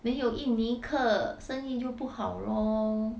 没有印尼客生意就不好 lor